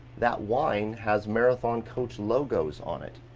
that wine has marathon coach logos on it.